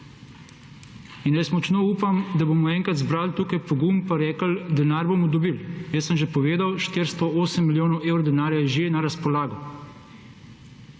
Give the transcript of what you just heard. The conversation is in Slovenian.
In jaz močno upam, da bomo enkrat zbrali tukaj pogum, pa rekli, denar bomo dobili. Jaz sem že povedal, 408 milijonov evrov denarja je že na razpolago,